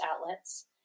outlets